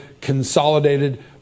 consolidated